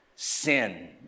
Sin